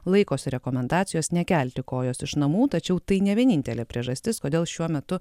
laikosi rekomendacijos nekelti kojos iš namų tačiau tai ne vienintelė priežastis kodėl šiuo metu